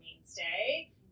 mainstay